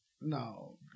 No